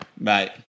Bye